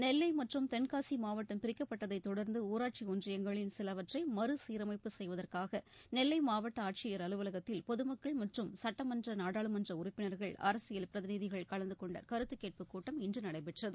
நெல்லை மற்றும் தென்காசி மாவட்டம் பிரிக்கப்பட்டதைத் தொடர்ந்து ஊராட்சி ஒன்றியங்களில் சிலவற்றை மறுசீரமைப்பு செய்வதற்காக நெல்லை மாவட்ட ஆட்சியர் அலுவலகத்தில் பொதுமக்கள் மற்றும் சட்டமன்ற நாடாளுமன்ற உறுப்பினர்கள் அரசியல் பிரதிநிதிகள் கலந்து கொண்ட கருத்து கேட்பு கூட்டம் இன்று நடைபெற்றது